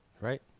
Right